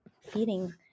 feeding